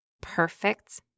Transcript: perfect